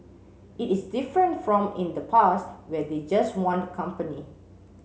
it is different from in the past where they just want company